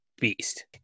beast